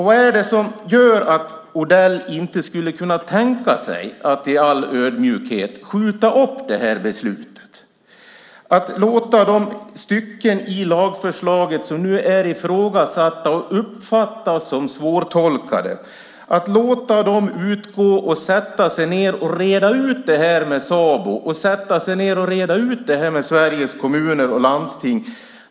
Vad är det som gör att Odell inte skulle kunna tänka sig att i all ödmjukhet skjuta upp beslutet och låta de stycken i lagförslaget som nu är ifrågasatta och uppfattas som svårtolkade utgå och sätta sig ned och reda ut det med Sabo och Sveriges Kommuner och Landsting?